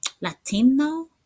latino